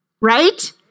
right